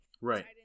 Right